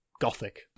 gothic